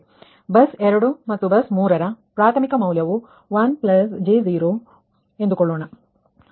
bus 2 ಮತ್ತು bus 3 ರ ಪ್ರಾಥಮಿಕ ಮೌಲ್ಯ ವು 1j0 1 j 0 ಎಂದುಕೊಳ್ಳೋಣ